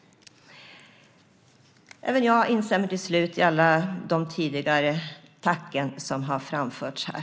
Även jag instämmer till slut i alla de tidigare tack som har framförts här.